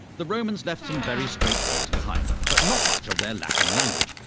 the romans left some very straight roads behind, but not much of their latin language.